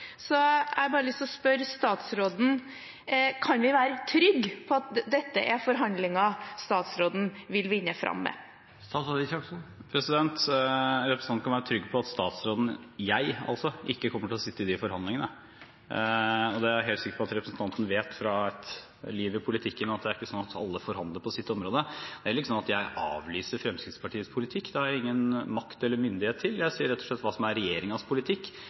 Jeg har bare lyst til å spørre statsråden: Kan vi være trygge på at dette er forhandlinger statsråden vil vinne fram med? Representanten kan være trygg på at statsråden – jeg, altså – ikke kommer til å sitte i de forhandlingene, og jeg er helt sikker på at representanten vet, fra et liv i politikken, at det ikke er slik at alle forhandler på sitt område. Det er heller ikke sånn at jeg avlyser Fremskrittspartiets politikk. Det har jeg ingen makt eller myndighet til. Jeg sier rett og slett hva som er regjeringens politikk,